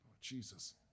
Jesus